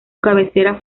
cabecera